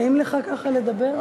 נעים לך ככה לדבר?